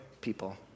people